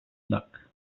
luck